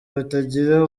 batagira